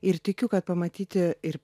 ir tikiu kad pamatyti ir